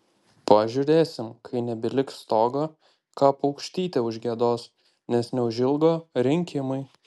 pažiūrėsim kai nebeliks stogo ką paukštytė užgiedos nes neužilgo rinkimai